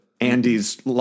andy's